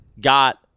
got